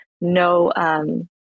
no